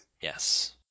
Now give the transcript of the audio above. Yes